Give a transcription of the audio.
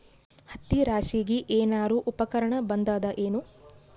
ಹತ್ತಿ ರಾಶಿಗಿ ಏನಾರು ಉಪಕರಣ ಬಂದದ ಏನು?